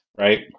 right